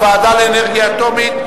לוועדה לאנרגיה אטומית,